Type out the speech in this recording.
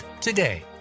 today